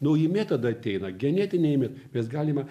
nauji metodai ateina genetiniai me mes galime